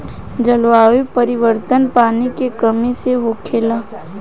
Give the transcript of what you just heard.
जलवायु परिवर्तन, पानी के कमी से होखेला